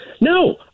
No